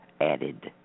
added